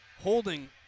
holding